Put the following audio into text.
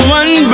one